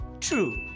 true